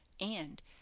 and